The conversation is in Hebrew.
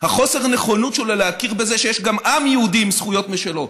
חוסר הנכונות שלו להכיר בזה שיש גם עם יהודי עם זכויות משלו,